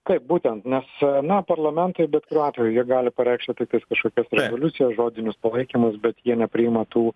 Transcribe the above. taip būtent nes na parlamentai bet kuriuo atveju jie gali pareikšti tiktais kažkokias revoliucijas žodinius palaikymus bet jie nepriima tų